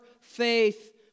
faith